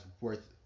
worth